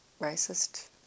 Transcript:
racist